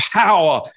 power